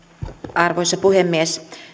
arvoisa puhemies